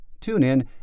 TuneIn